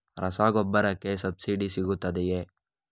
ರಸಗೊಬ್ಬರಕ್ಕೆ ಸಬ್ಸಿಡಿ ಸಿಗುತ್ತದೆಯೇ?